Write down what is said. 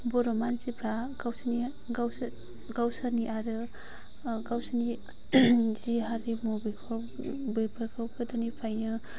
बर' मानसिफ्रा गावसोरनि गावसोर गावसोरनि आरो गावसोरनि जि हारिमु बेफोर बेफोरखौ गोदोनिफ्रायनो